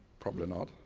probably not.